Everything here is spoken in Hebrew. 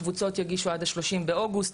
הקבוצות יגישו עד ה-30 באוגוסט,